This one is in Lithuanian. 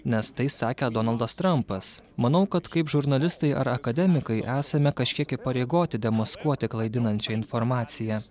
nes tai sakė donaldas trampas manau kad kaip žurnalistai ar akademikai esame kažkiek įpareigoti demaskuoti klaidinančią informaciją